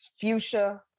fuchsia